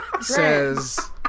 says